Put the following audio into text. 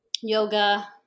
yoga